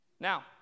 Now